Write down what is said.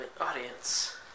audience